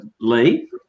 Lee